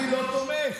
אני לא תומך.